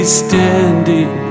standing